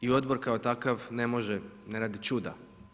I odbor kao takav ne može, ne radi čuda.